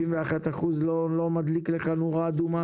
51% לא מדליק לך נורה אדומה?